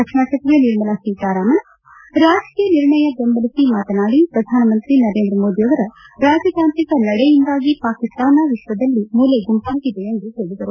ರಕ್ಷಣಾ ಸಚಿವೆ ನಿರ್ಮಲಾ ಸೀತಾರಾಮನ್ ರಾಜಕೀಯ ನಿರ್ಣಯ ಬೆಂಬಲಿಸಿ ಮಾತನಾಡಿ ಪ್ರಧಾನಿ ನರೇಂದ್ರ ಮೋದಿಯವರ ರಾಜತಾಂತ್ರಿಕ ನಡೆಯಿಂದಾಗಿ ಪಾಕಿಸ್ತಾನ ವಿಶ್ವದಲ್ಲಿ ಮೂಲೆಗುಂಪಾಗಿದೆ ಎಂದು ಹೇಳಿದರು